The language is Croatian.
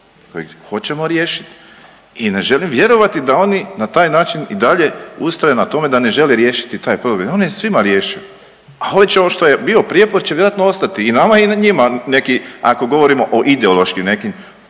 kojeg hoćemo riješit i ne želim vjerovati da oni na taj način i dalje ustraju na tome da ne žele riješiti taj problem jer on je svima rješiv, a ovo što je bio prijepor će vjerojatno ostati i nama i njima neki ako govorimo o ideološkim nekim